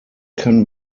kann